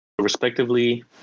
Respectively